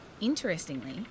Interestingly